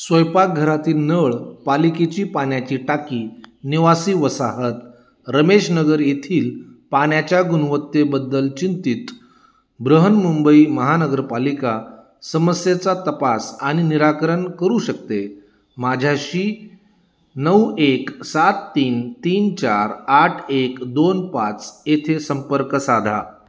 स्वयंपाकघरातील नळ पालिकेची पाण्याची टाकी निवासी वसाहत रमेश नगर येथील पाण्याच्या गुणवत्तेबद्दल चिंतित बृहन्मुंबई महानगरपालिका समस्येचा तपास आणि निराकरण करू शकते माझ्याशी नऊ एक सात तीन तीन चार आठ एक दोन पाच येथे संपर्क साधा